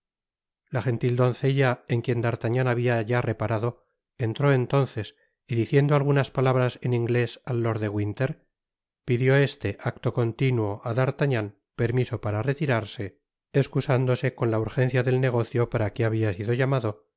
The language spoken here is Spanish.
la jentil doncella en quien d'artagnan habia ya reparado entró entonce y diciendo algunas palabras en inglés á lord de winter pidió este acto continuo á d'artagnan permiso para retirarse escusándose con la urgencia del negocio para que habia sido llamado